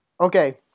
Okay